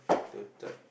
twenty third